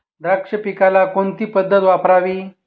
द्राक्ष पिकाला कोणती पद्धत वापरावी?